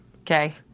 Okay